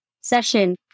session